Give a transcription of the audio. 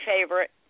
favorite